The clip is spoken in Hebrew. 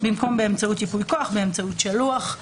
במקום באמצעות ייפוי כוח באמצעות שלוח.